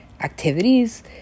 activities